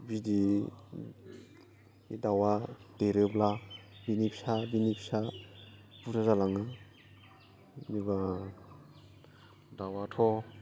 बिदै दाउआ देरोब्ला बिनि फिसा बिनि फिसा जुदा जालाङो एबा दाउआथ'